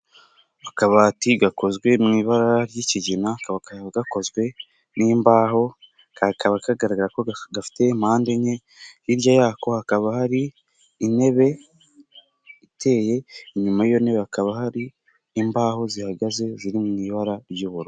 Akabati gakozwe mu ibara ry'ikiginaba kaba gakozwe n'imbaho kakaba kagaragara gafite impande enye hirya yako hakaba hari intebe iteye inyuma. Hakaba hari imbaho zihagaze n' ibara ry'ubururu.